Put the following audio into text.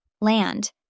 land